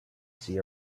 see